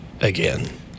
again